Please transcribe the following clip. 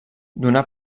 donà